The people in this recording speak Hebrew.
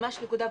ממש נקודה,